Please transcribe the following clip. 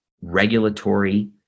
regulatory